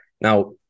Now